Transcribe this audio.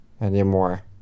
anymore